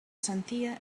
sentia